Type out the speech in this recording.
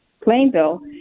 Plainville